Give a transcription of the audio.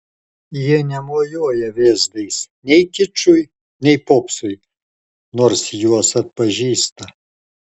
jie nemojuoja vėzdais nei kičui nei popsui nors juos atpažįsta